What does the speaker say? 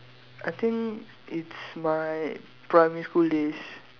I think it's my primary school days